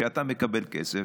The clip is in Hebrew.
שאתה מקבל עליהם כסף,